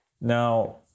Now